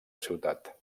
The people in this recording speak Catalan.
ciutat